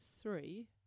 three